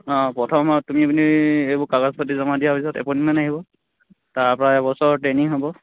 অঁ প্ৰথমত তুমি এইবোৰ কাগজ পাতি জমা দিয়া পিছত এপইণ্টমেণ্ট আহিব তাৰ পৰা এবছৰ ট্ৰেইনিং হ'ব